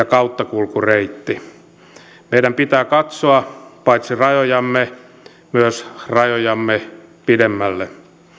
kauttakulkureitti meidän pitää katsoa paitsi rajojamme myös rajojamme pidemmälle